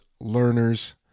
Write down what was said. learners